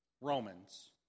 Romans